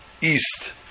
East